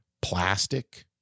Plastic